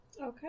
Okay